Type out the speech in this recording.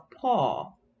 Paul